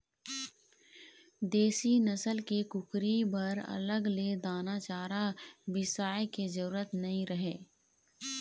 देसी नसल के कुकरी बर अलग ले दाना चारा बिसाए के जरूरत नइ रहय